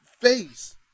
face